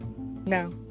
No